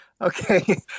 Okay